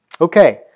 Okay